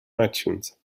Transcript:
itunes